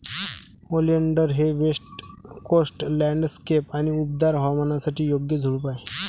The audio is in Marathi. ओलिंडर हे वेस्ट कोस्ट लँडस्केप आणि उबदार हवामानासाठी योग्य झुडूप आहे